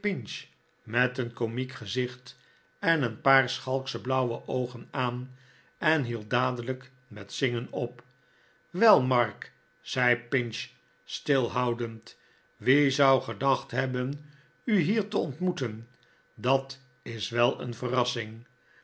met een komiek gezicht en een paar schalksche blauwe oogen aan en hield dadelijk met zingen op wel mark zei pinch stilhoudend wie zou gedacht hebben u hier te ontmoeten dat is wel een verrassing